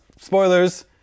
spoilers